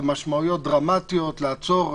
זה משמעויות דרמטיות לעצור,